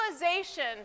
realization